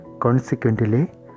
Consequently